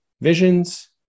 visions